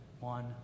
one